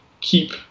keep